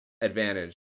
advantage